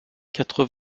quatre